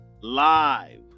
Live